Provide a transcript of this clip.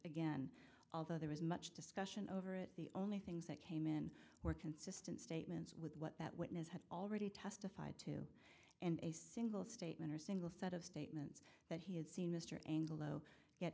again although there was much discussion over it the only things that came in were consistent statements with what that witness had already testified to and a single statement or a single set of statements that he had seen mr anglo get